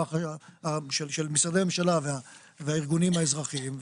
של משרדי הממשלה והארגונים האזרחיים,